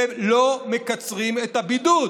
ולא מקצרים את הבידוד,